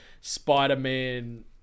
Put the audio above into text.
spider-man